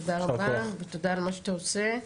תודה רבה ותודה על מה שאתה עושה,